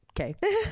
okay